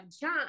John